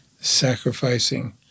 sacrificing